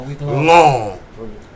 long